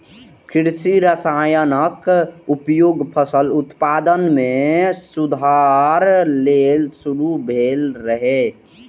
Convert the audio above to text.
कृषि रसायनक उपयोग फसल उत्पादन मे सुधार लेल शुरू भेल रहै